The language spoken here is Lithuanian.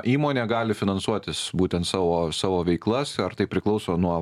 įmonė gali finansuotis būtent savo savo veiklas ar tai priklauso nuo